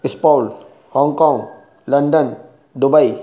Spain Hong Kong London Dubai